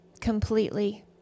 completely